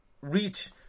reach